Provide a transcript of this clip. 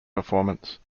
performance